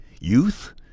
Youth